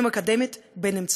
אם אקדמית ואם צבאית,